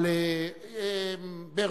על באר-שבע,